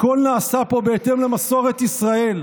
הכול נעשה פה בהתאם למסורת ישראל,